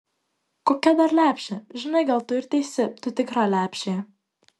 kokia dar lepšė žinai gal tu ir teisi tu tikra lepšė